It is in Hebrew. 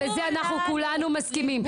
בזה אנחנו כולנו מסכימים,